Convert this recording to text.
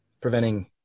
preventing